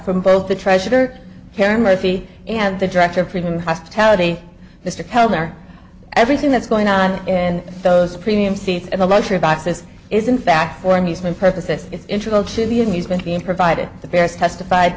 from both the treasurer karen murphy and the director of freedom hospitality mr kellner everything that's going on in those premium seats and the luxury boxes is in fact for amusement purposes introduction the amusement being provided the best testified